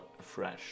fresh